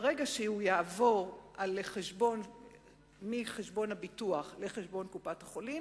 ברגע שהוא יעבור מחשבון הביטוח לחשבון קופת-החולים